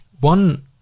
one